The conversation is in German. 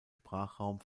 sprachraum